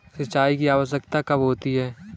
सिंचाई की आवश्यकता कब होती है?